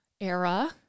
era